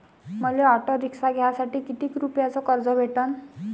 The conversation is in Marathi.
मले ऑटो रिक्षा घ्यासाठी कितीक रुपयाच कर्ज भेटनं?